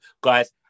Guys